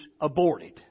aborted